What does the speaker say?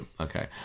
okay